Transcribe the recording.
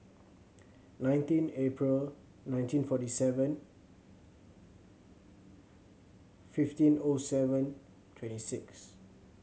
nineteen April nineteen forty seven fifteen O seven twenty six